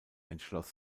entschloss